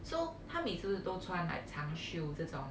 so 她每次都穿 like 长袖这种